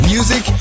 Music